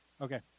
okay